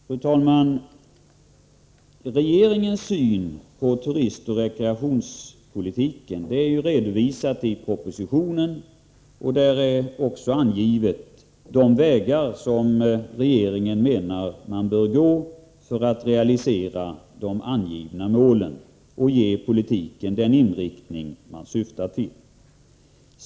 Fru talman! Regeringens syn på turistoch rekreationspolitiken är redovisad i propositionen. Där är också angivet de vägar som regeringen menar att man bör gå för att realisera de uppsatta målen och ge politiken den inriktning man syftar till.